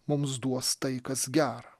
mums duos tai kas gera